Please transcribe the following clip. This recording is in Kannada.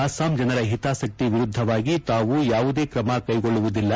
ಅಸ್ಲಾಂ ಜನರ ಹಿತಾಸಕ್ತಿ ವಿರುದ್ದವಾಗಿ ತಾವು ಯಾವುದೇ ಕ್ರಮ ಕೈಗೊಳ್ಳುವುದಿಲ್ಲ